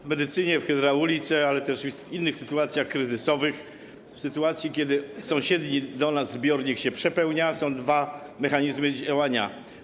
W medycynie, w hydraulice, ale też w innych sytuacjach kryzysowych, w sytuacji kiedy sąsiedni do nas zbiornik się przepełnia, są dwa mechanizmy działania.